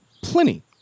plenty